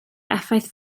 effaith